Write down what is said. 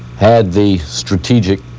had the strategic